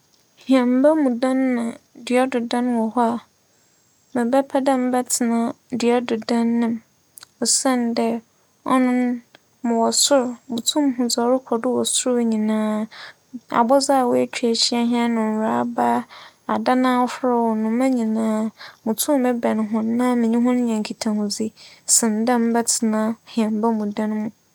Hɛmba mu dan na dua do dan wͻ hͻ a, mebɛpɛ dɛ mebɛtsena dua do dan mu osiandɛ ͻno no, mowͻ sor, mutum ho dza ͻrokͻ do wͻ sor nyinara. Abͻdze a woetwa ehyia hɛn, nworaba, adan ahorow, nnoma nyinara, mutum bɛn hͻn na menye hͻn nya nkitahodzi sen dɛ mebɛtsena hɛmba mu dan mu.